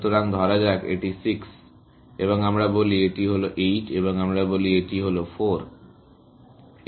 সুতরাং ধরা যাক এটি 6 এবং আমরা বলি এটি হলো 8 এবং আমরা বলি এটি 4 এবং আমরা বলি এটিও 4